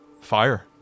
Fire